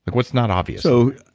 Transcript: like what's not obvious? so